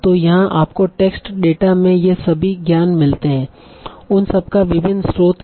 तो जहां आपको टेक्स्ट डेटा में ये सभी ज्ञान मिलते हैं उन सबका विभिन्न स्रोत क्या हैं